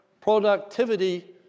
productivity